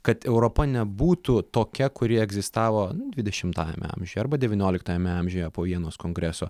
kad europa nebūtų tokia kuri egzistavo dvidešimtajame amžiuje arba devynioliktajame amžiuje po vienos kongreso